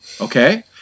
okay